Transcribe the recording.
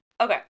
Okay